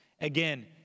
Again